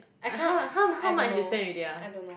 how how how much you spent already ah